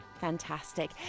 Fantastic